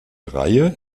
reihe